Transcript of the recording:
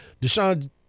Deshaun